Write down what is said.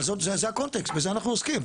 בסדר, אבל זאת זה הקונטקסט, ובזה אנחנו עוסקים.